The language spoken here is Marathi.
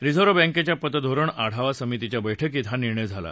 रिझर्व्ह बँकेच्या पतधोरण आढावा समितीच्या बस्क्रीत हा निर्णय झाला